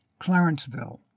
Clarenceville